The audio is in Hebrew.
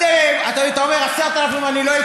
נו, איך נעשה את זה?